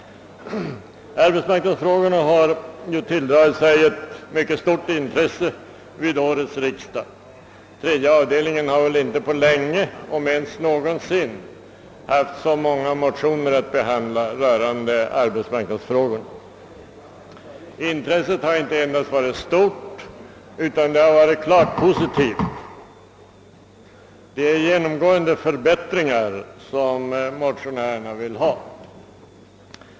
Arbetsmarknadsfrågorna har tilldragit sig ett mycket stort intresse vid årets riksdag. Statsutskottets tredje avdelning har inte på länge — om ens någonsin — haft så många motioner rörande arbetsmarknadsfrågorna att behandla. Intresset har inte endast varit stort utan klart positivt. Motionärerna vill genomgående ha till stånd förbättringar.